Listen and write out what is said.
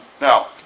Now